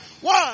One